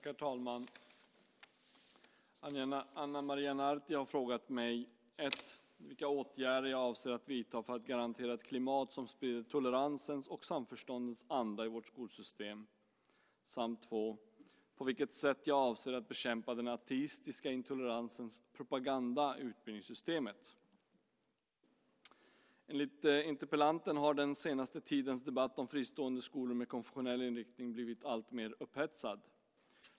Herr talman! Ana Maria Narti har frågat mig 1. vilka åtgärder jag avser att vidta för att garantera ett klimat som sprider toleransens och samförståndets anda i vårt skolsystem, samt 2. på vilket sätt jag avser att bekämpa den ateistiska intoleransens propaganda i utbildningssystemet. Enligt interpellanten har den senaste tidens debatt om fristående skolor med konfessionell inriktning blivit alltmer upphetsad.